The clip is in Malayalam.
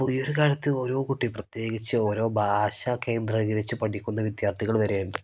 ഇപ്പോൾ ഈയൊരു കാലത്ത് ഓരോ കുട്ടി പ്രത്യേകിച്ച് ഓരോ ഭാഷ കേന്ദ്രീകരിച്ച് പഠിക്കുന്ന വിദ്യാർത്ഥികൾ വരെയുണ്ട്